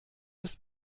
ist